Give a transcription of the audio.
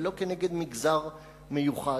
ולא כנגד מגזר מיוחד.